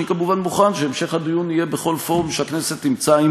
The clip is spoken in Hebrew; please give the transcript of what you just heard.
אני כמובן מוכן שהמשך הדיון יהיה בכל פורום שהכנסת תמצא לנכון,